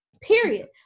period